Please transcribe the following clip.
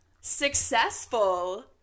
successful